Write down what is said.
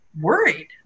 worried